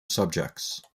subjects